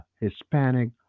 Hispanic